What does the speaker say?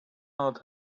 earth